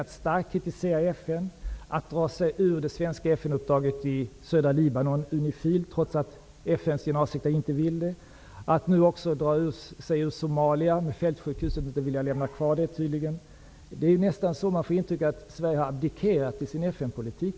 Att starkt kritisera FN, att dra sig ur det svenska FN:s generalsekreterare inte vill det, att nu också dra sig ur Somalia och tydligen inte vilja lämna kvar fältsjukhuset, gör att man nästan får intrycket att Sverige har abdikerat från sin FN-politik.